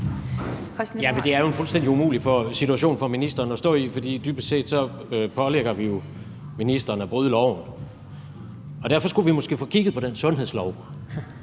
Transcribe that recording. umulig situation for ministeren at stå i, for dybest set pålægger vi jo ministeren at bryde loven, og derfor skulle vi måske få kigget på den sundhedslov,